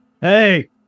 Hey